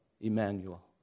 Emmanuel